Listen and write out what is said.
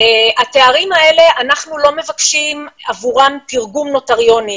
עבור התארים האלה אנחנו לא מבקשים תרגום נוטריוני